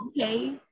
okay